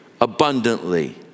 abundantly